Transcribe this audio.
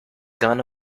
gone